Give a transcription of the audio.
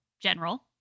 General